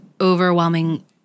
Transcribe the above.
overwhelming